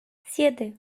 siete